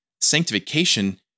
sanctification